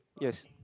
yes